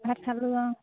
ভাত খালোঁ অঁ